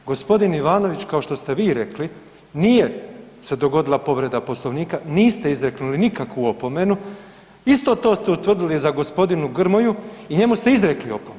Gospodin Ivanović kao što ste vi rekli nije se dogodila povreda Poslovnika, niste izreknuli nikakvu opomenu, isto to ste utvrdili za gospodina Grmoju i njemu ste izrekli opomenu.